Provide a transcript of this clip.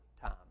time